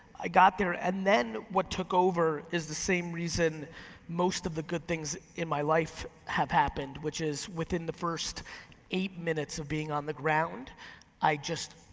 i got there, and then what took over is the same reason most of the good things in my life have happened, which is within the first eight minutes of being on the ground i just,